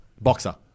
Boxer